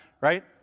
right